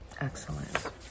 Excellent